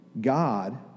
God